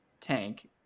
tank